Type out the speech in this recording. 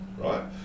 Right